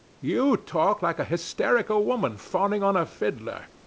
you talk like a hysterical woman fawning on a fiddler.